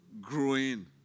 growing